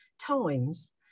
times